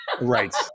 right